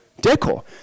Decor